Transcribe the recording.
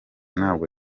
ntabwo